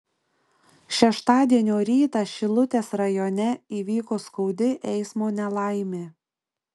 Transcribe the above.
šeštadienio rytą šilutės rajone įvyko skaudi eismo nelaimė